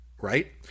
Right